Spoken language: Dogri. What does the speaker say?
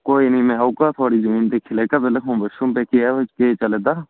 कोई नेईं में औगा थुआढ़ी जमीन दिक्खी लैगा पैह्ले खुम्बै शुम्बै केह् केह् चलै दा